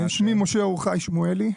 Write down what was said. שמי משה אור חי שמואלי.